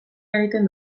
egiten